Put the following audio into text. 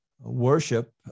worship